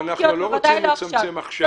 אנחנו לא רוצים לצמצם עכשיו.